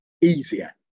easier